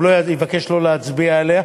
הוא יבקש לא להצביע עליה.